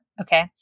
Okay